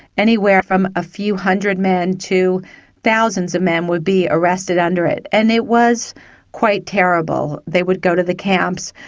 anywhere from a few hundred men to thousands of men would be arrested under it, and it was quite terrible. they would go to the camps,